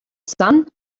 sun